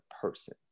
person